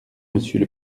monsieur